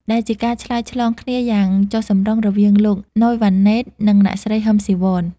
ដែលជាការឆ្លើយឆ្លងគ្នាយ៉ាងចុះសម្រុងរវាងលោក ណូយ វ៉ាន់ណេត និងអ្នកស្រី ហ៊ឹម ស៊ីវន។